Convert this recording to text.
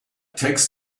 tax